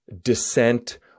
dissent